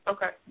Okay